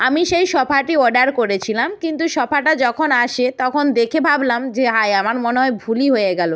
আমি সেই সোফাটি অর্ডার করেছিলাম কিন্তু সোফাটা যখন আসে তখন দেখে ভাবলাম যে হায় আমার মনে হয় ভুলই হয়ে গেলো